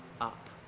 up